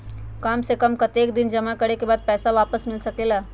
काम से कम कतेक दिन जमा करें के बाद पैसा वापस मिल सकेला?